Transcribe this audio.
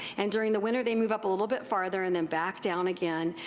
and during the winter they move up a little bit farther and then back down again.